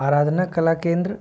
आराधना कला केंद्र